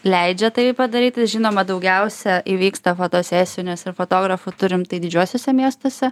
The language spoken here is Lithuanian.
leidžia tai padaryt žinoma daugiausiai įvyksta fotosesijų nes ir fotografų turim tai didžiuosiuose miestuose